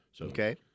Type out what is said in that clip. Okay